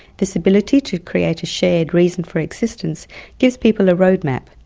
this ability to create a shared reason for existence gives people a roadmap,